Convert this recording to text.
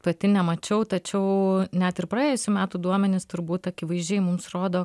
pati nemačiau tačiau net ir praėjusių metų duomenys turbūt akivaizdžiai mums rodo